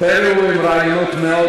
פרי הוא עם רעיונות מאוד